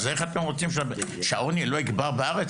אז איך אתם רוצים שהעוני לא יגבר בארץ,